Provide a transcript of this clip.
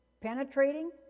penetrating